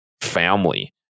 family